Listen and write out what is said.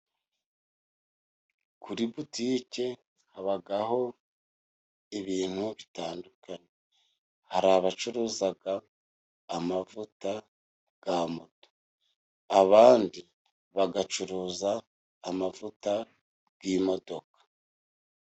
Kuri butike habaho ibintu bitandukanye hari abacuruza amavuta ya moto, abandi bagacuruza amavuta y'imodoka.